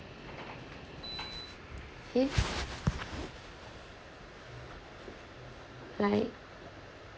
eh like